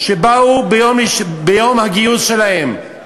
שבאו ביום הגיוס שלהם,